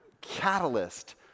catalyst